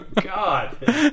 god